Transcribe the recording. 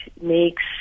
makes